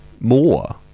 more